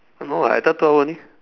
no [what] I thought two hour only